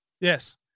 Yes